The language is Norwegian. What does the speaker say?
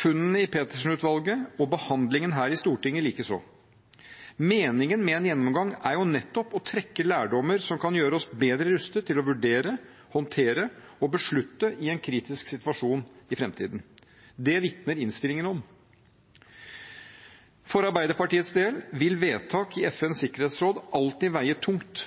funnene gjort av Petersen-utvalget og behandlingen her i Stortinget likeså. Meningen med en gjennomgang er jo nettopp å trekke lærdom som kan gjøre oss bedre rustet til å vurdere, håndtere og beslutte i en kritisk situasjon i framtiden. Det vitner innstillingen om. For Arbeiderpartiets del vil vedtak i FNs sikkerhetsråd alltid veie tungt